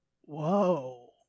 whoa